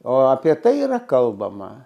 o apie tai yra kalbama